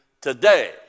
today